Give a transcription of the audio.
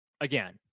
again